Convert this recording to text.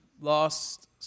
lost